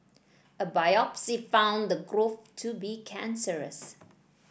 a biopsy found the growth to be cancerous